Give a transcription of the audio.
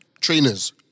trainers